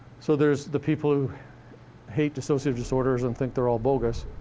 so there's the people who hate dissociative disorders and think they're all bogus